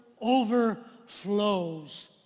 overflows